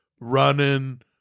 running